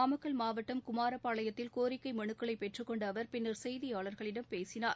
நாமக்கல் மாவட்டம் குமாரபாளையத்தில் கோரிக்கை மனுக்களை பெற்றுக்கொண்ட அவர் பின்னர் செய்தியாளர்களிடம் பேசினார்